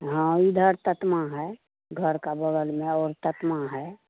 हाँ इधर ततमा है घर के बग़ल में और ततमा है